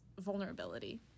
vulnerability